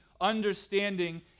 understanding